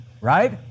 right